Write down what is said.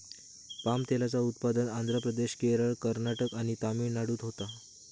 palm तेलाचा उत्पादन आंध्र प्रदेश, केरळ, कर्नाटक आणि तमिळनाडूत होता